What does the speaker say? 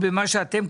לפי מה שכתבתם,